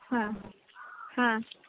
ହଁ ହଁ